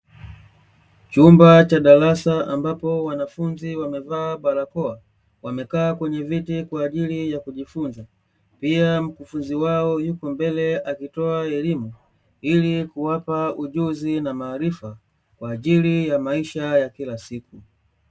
Chumba cha darasa ambapo wanafunzi wamevaa barakoa, wamekaa kwenye viti kwa ajili ya kujifunza, pia mkufunzi wao yupo mbele akitoa elimu ili kuwapa ujuzi na maarifa kwa ajili ya maisha ya kila siku.